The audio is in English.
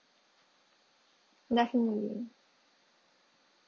definitely